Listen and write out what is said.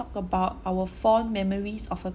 about our fond memories of a